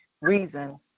Reason